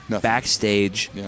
backstage